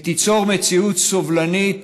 ותיצור מציאות סובלנית